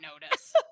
notice